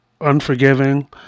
unforgiving